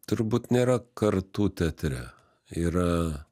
turbūt nėra kartų teatre yra